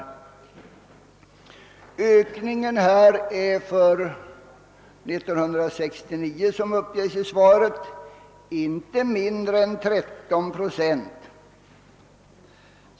Som uppges i svaret utgör ökningen av våldsbrotten för 1969 inte mindre än 13 procent.